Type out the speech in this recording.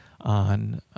on